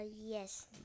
yes